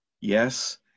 Yes